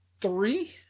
three